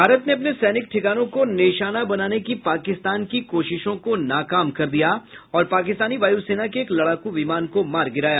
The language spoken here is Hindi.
भारत ने अपने सैनिक ठिकानों को निशाना बनाने की पाकिस्तान की कोशिशों को नाकाम कर दिया और पाकिस्तानी वायुसेना के एक लड़ाकू विमान को मार गिराया